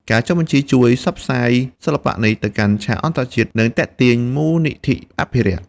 ការចុះបញ្ជីជួយ ផ្សព្វផ្សាយ សិល្បៈនេះទៅកាន់ឆាកអន្តរជាតិ និងទាក់ទាញមូលនិធិអភិរក្ស។